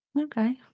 Okay